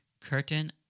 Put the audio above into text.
curtain